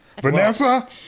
Vanessa